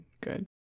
good